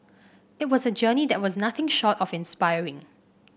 it was a journey that was nothing short of inspiring